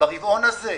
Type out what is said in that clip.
ברבעון הזה,